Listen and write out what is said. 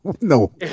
No